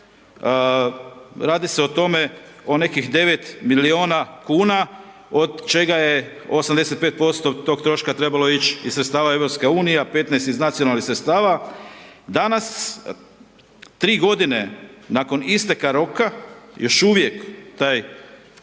radi se o tome o nekih 9 milijuna kuna od čega je 85% tog troška trebalo ići iz sredstava EU-a a 15 iz nacionalnih sredstava, danas 3 g. nakon isteka roka još uvijek taj